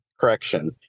correction